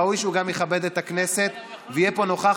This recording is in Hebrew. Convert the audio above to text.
ראוי שהוא גם יכבד את הכנסת ויהיה פה נוכח